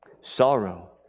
sorrow